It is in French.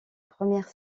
première